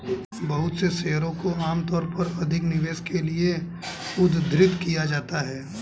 बहुत से शेयरों को आमतौर पर अधिक निवेश के लिये उद्धृत किया जाता है